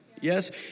yes